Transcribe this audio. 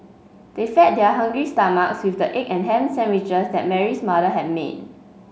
they fed their hungry stomachs with the egg and ham sandwiches that Mary's mother had made